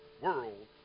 world